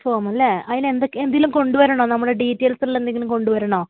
ഫോമല്ലേ അതിന് എന്തെങ്കിലും കൊണ്ടുവരണമോ നമ്മുടെ ഡീറ്റെയിൽസുള്ള എന്തെങ്കിലും കൊണ്ടുവരണമോ